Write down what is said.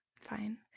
fine